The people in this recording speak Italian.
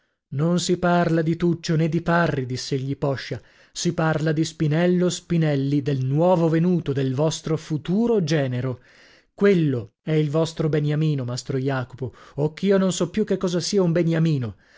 non si parla di tuccio nè di parri diss'egli poscia si parla di spinello spinelli del nuovo venuto del vostro futuro genero quello è il vostro beniamino mastro jacopo o ch'io non so più che cosa sia un beniamino